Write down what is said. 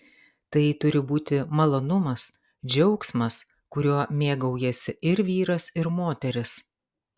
tai turi būti malonumas džiaugsmas kuriuo mėgaujasi ir vyras ir moteris